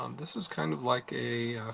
um this is kind of like a a